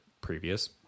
previous